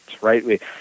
right